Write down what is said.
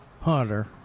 hunter